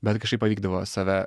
bet kažkaip pavykdavo save